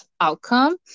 outcome